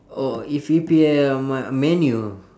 oh if E_P_L my man U